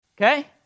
okay